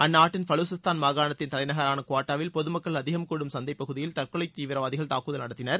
அந்நாட்டின் பலுகிஸ்தான் மாகாணத்தின் தலைநகரான குவாட்டாவில் பொதுமக்கள் அதிகம் கூடும் சந்தைப்பகுதியில் தற்கொலை தீவிரவாதிகள் தாக்குதல் நடத்தினர்